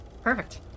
Perfect